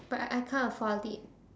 but I I I can't afford it